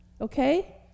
Okay